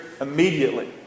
immediately